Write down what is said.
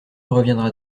reviendra